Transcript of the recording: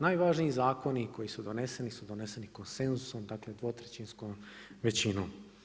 Najvažniji zakoni koji su doneseni su doneseni konsenzusom, dakle dvotrećinskom većinom.